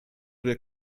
der